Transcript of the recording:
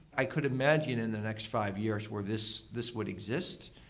i could imagine in the next five years where this this would exist,